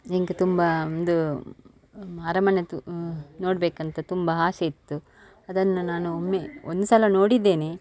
ಯಂಕ್ ತುಂಬ ಒಂದು ಅರಮನೆ ತು ನೋಡಬೇಕಂತ ತುಂಬ ಆಸೆ ಇತ್ತು ಅದನ್ನು ನಾನು ಒಮ್ಮೆ ಒಂದುಸಲ ನೋಡಿದ್ದೇನೆ